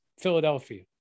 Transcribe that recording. Philadelphia